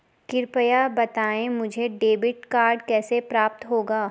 कृपया बताएँ मुझे डेबिट कार्ड कैसे प्राप्त होगा?